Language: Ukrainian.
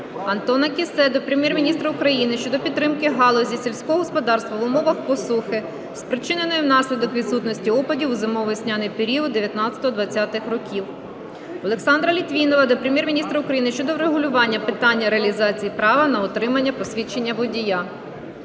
Антона Кіссе до Прем'єр-міністра України щодо підтримки галузі сільського господарства в умовах посухи, спричиненою внаслідок відсутності опадів у зимово-весняний період 2019-2020 років. Олександра Літвінова до Прем'єр-міністра України щодо врегулювання питання реалізації права на отримання посвідчення водія.